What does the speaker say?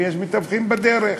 ויש מתווכים בדרך.